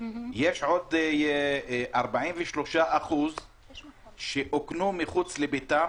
יש עוד 43% שאוכנו מחוץ לביתם,